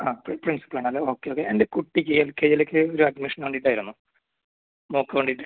ആ പ്രിൻസിപ്പാളാണല്ലേ okay okay എൻ്റെ കുട്ടിക്ക് എൽ കെ ജിയിലേക്ക് ഒരു അഡ്മിഷന് വേണ്ടിയിട്ടായിരുന്നു മോൾക്ക് വേണ്ടിയിട്ട്